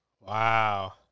Wow